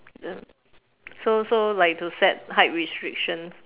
ya so so like to set height restriction